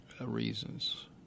Reasons